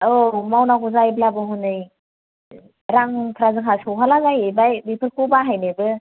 औ मावनांगौ जायोब्लाबो हनै रांफ्रा जोंहा सौहाला जाहैबाय बेफोरखौ बाहायनोबो